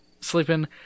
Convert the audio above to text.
sleeping